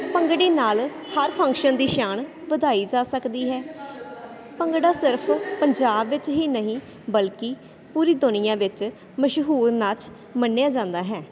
ਭੰਗੜੇ ਨਾਲ ਹਰ ਫੰਕਸ਼ਨ ਦੀ ਸ਼ਾਨ ਵਧਾਈ ਜਾ ਸਕਦੀ ਹੈ ਭੰਗੜਾ ਸਿਰਫ਼ ਪੰਜਾਬ ਵਿੱਚ ਹੀ ਨਹੀਂ ਬਲਕਿ ਪੂਰੀ ਦੁਨੀਆਂ ਵਿੱਚ ਮਸ਼ਹੂਰ ਨਾਚ ਮੰਨਿਆ ਜਾਂਦਾ ਹੈ